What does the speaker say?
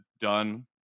done